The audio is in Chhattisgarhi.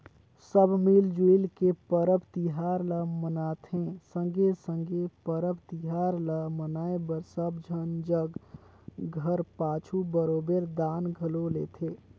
सब मिल जुइल के परब तिहार ल मनाथें संघे संघे परब तिहार ल मनाए बर सब झन जग घर पाछू बरोबेर दान घलो लेथें